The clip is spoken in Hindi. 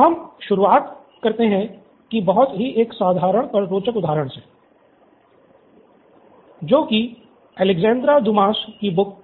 तो हम शुरुआत करते हैं कि बहुत ही साधारण पर रोचक उदाहरण से जो की अलेक्सांद्रा दुमस को